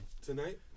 Tonight